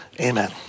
amen